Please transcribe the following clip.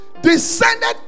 descended